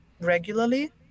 regularly